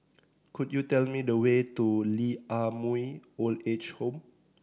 could you tell me the way to Lee Ah Mooi Old Age Home